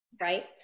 right